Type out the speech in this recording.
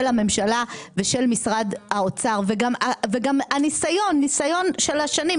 הממשלה ושל משרד האוצר וגם הניסיון של השנים,